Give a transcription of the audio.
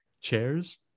Chairs